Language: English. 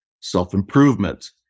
self-improvement